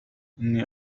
إني